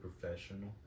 professional